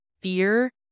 fear